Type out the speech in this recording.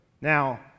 now